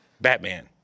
Batman